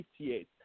1958